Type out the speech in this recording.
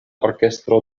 orkestro